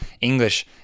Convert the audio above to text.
english